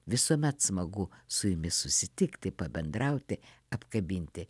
visuomet smagu su jumis susitikti pabendrauti apkabinti